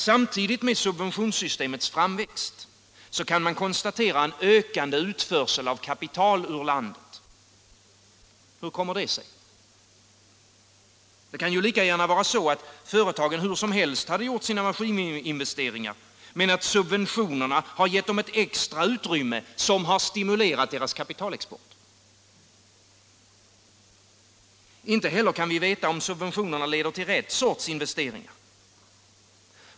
Samtidigt med subventionssystemets framväxt kan man konstatera en ökande utförsel av kapital ur landet. Hur kommer det sig? Det kan ju lika gärna vara så, att företagen även utan subventioner hade gjort sina maskininvesteringar, men att subventionerna har givit dem ett extra utrymme som har stimulerat deras kapitalexport. Inte heller kan vi veta om subventionerna leder till rätt sorts investeringar.